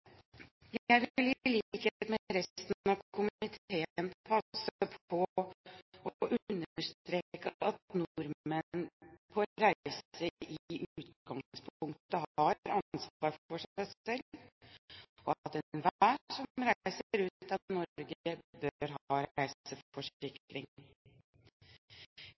likhet med resten av komiteen passe på å understreke at nordmenn på reise i utgangspunktet har ansvar for seg selv, og at enhver som reiser ut av Norge, bør ha